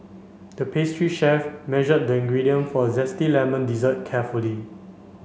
the pastry chef measured the ingredient for a zesty lemon dessert carefully